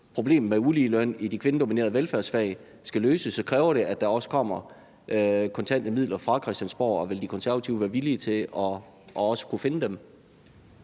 problemet med uligeløn i de kvindedominerede velfærdsfag skal løses, kræver det, at der også kommer kontante midler fra Christiansborg? Vil De Konservative være villige til at finde dem?